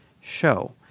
show